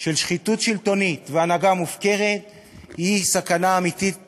של שחיתות שלטונית והנהגה מופקרת הוא סכנה אמיתית